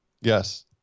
Yes